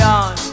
on